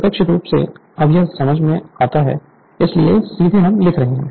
प्रत्यक्ष रूप से अब यह समझ में आता है इसलिए सीधे हम लिख रहे हैं